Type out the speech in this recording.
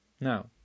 Now